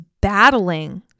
battling